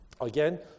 Again